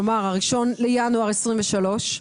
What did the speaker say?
כלומר ה-1 בינואר 23',